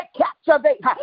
captivate